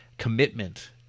commitment